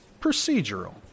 procedural